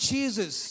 Jesus